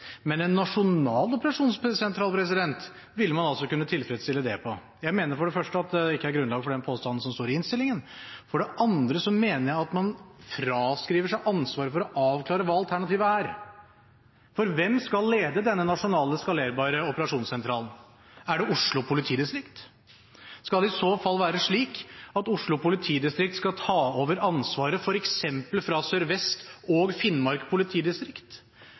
Men en nasjonal operasjonssentral vil altså kunne være tilfredsstillende på dette. Jeg mener for det første at det ikke er grunnlag for den påstanden som står i innstillingen. For det andre mener jeg at man fraskriver seg ansvaret for å avklare hva alternativet er, for hvem skal lede denne nasjonale, skalerbare operasjonssentralen? Er det Oslo politidistrikt? Skal det i så fall være slik at Oslo politidistrikt skal ta over ansvaret fra f.eks. Sør-Vest politidistrikt og Finnmark politidistrikt